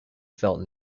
felt